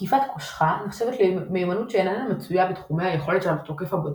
תקיפת קושחה נחשבת למיומנות שאיננה מצויה בתחומי היכולת של התוקף הבודד,